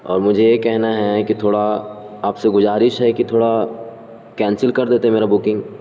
اور مجھے یہ کہنا ہے کہ تھوڑا آپ سے گزارش ہے کہ تھوڑا کینسل کر دیتے میرا بکنگ